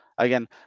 Again